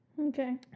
Okay